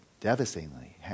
devastatingly